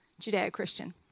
Judeo-Christian